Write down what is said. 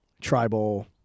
tribal